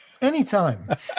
anytime